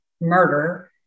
Murder